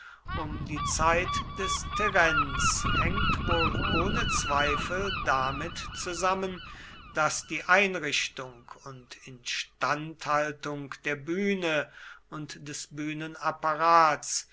um die zeit des terenz hängt wohl ohne zweifel damit zusammen daß die einrichtung und instandhaltung der bühne und des